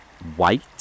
white